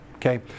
Okay